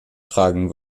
tragen